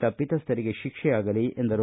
ತಪ್ಪಿತಸ್ಥರಿಗೆ ಶಿಕ್ಷೆಯಾಗಲಿ ಎಂದರು